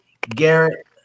Garrett